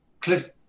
cliff